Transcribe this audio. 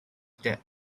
death